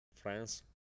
france